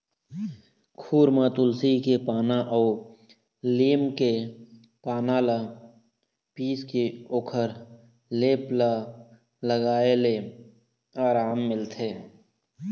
खुर म तुलसी के पाना अउ लीम के पाना ल पीसके ओखर लेप ल लगाए ले अराम मिलथे